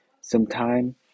sometime